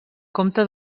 comte